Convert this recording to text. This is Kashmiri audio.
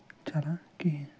چَلان کِہیٖنۍ